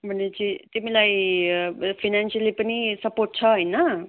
भनेपछि तिमीलाई फाइनेन्सियली पनि सपोर्ट छ होइन